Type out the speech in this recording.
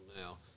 now